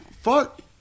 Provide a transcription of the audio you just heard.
fuck